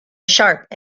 sharp